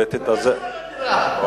ותתאזר בסבלנות.